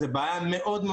זו בעיה קשה מאוד.